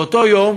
באותו יום